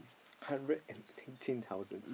hundred and eighteen thousands